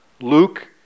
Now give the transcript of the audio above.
Luke